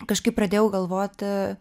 kažkaip pradėjau galvoti